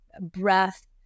breath